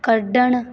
ਕੱਢਣ